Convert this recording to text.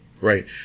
Right